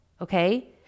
okay